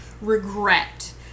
regret